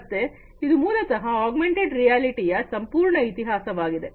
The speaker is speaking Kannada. ಮತ್ತೆ ಇದು ಮೂಲತಃ ಆಗ್ಮೆಂಟೆಡ್ ರಿಯಾಲಿಟಿ ಯ ಸಂಪೂರ್ಣ ಇತಿಹಾಸವಾಗಿದೆ